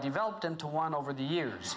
developed into one over the years